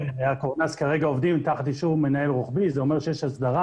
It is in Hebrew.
הקורנס עובדים תחת אישור מנהל רוחבי וזה אומר שיש הסדרה